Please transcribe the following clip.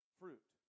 fruit